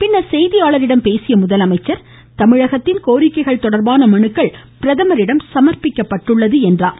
பின்னர் செய்தியாளர்களிடம் பேசிய அவர் தமிழகத்தின் கோரிக்கைகள் தொடர்பான மனுக்கள் பிரதமரிடம் சமர்ப்பிக்கப்பட்டுள்ளது என்றார்